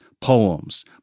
poems